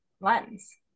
lens